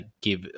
give